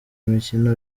imikino